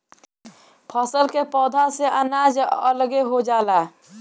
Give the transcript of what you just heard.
फसल के पौधा से अनाज अलगे हो जाला